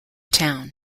town